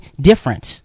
different